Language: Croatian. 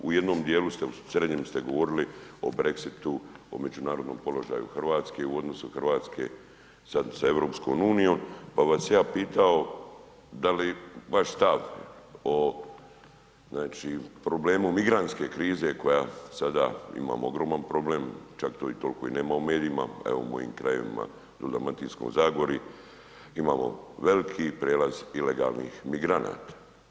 U jednom dijelu, srednjem ste govorili o Brexitu, o međunarodnom položaju Hrvatske u odnosu Hrvatske sa EU, pa bi vas ja pitao da li vaš stav o problemu migrantske krize koja sada imamo ogroman problem, čak to toliko i nema u medijima, evo u mojim krajevima, u Dalmatinskoj zagori imamo veliki prijelaz ilegalnih migranata.